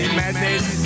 madness